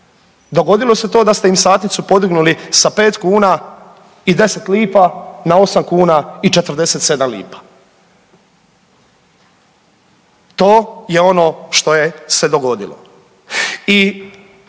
dogodilo se to da ste im satnicu podignuli sa pet kuna i 10 lipa na osam kuna i 47 lipa. To je ono što je se dogodilo